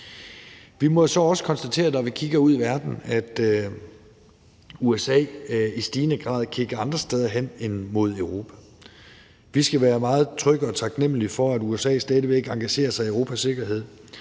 Vi må så også konstatere, når vi kigger ud i verden, at USA i stigende grad kigger andre steder hen end mod Europa. Vi skal være meget trygge ved og taknemlige for, at USA stadig væk engagerer sig i Europas sikkerhed,